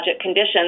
conditions